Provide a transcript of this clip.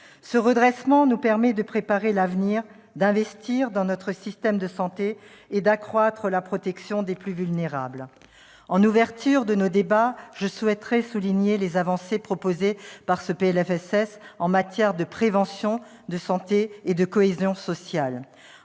Ce redressement nous permet de préparer l'avenir, d'investir dans notre système de santé et d'accroître la protection des plus vulnérables. En ouverture de nos débats, je souhaite souligner les avancées que comporte ce PLFSS sur le plan de la prévention en matière de santé et la cohésion sociale.